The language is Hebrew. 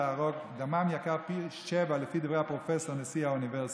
דמם יקר פי שבעה לפי דברי הפרופסור נשיא האוניברסיטה.